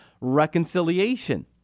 reconciliation